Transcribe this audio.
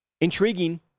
intriguing